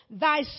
thy